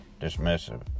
dismissive